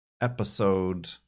episode